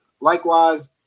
Likewise